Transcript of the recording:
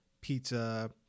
pizza